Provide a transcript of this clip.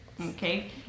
Okay